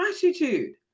gratitude